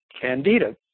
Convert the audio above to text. candida